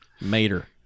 mater